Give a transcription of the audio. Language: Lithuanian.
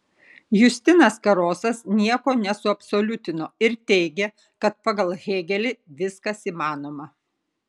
justinas karosas nieko nesuabsoliutino ir teigė kad pagal hėgelį viskas įmanoma